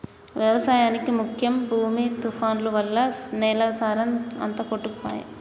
వ్యవసాయానికి ముఖ్యం భూమి తుఫాన్లు వల్ల నేల సారం అంత కొట్టుకపాయె